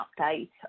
update